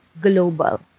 global